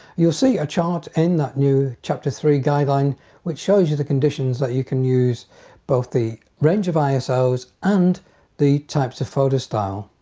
you'll see a chart in that new chapter three guideline which shows you the conditions that you can use both the range of iso's and the types of photo style.